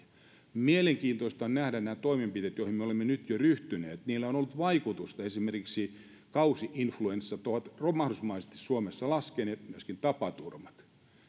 mielenkiintoista on nähdä nämä toimenpiteet joihin me olemme nyt jo ryhtyneet niillä on ollut vaikutusta esimerkiksi kausi influenssat ovat romahdusmaisesti suomessa laskeneet myöskin tapaturmat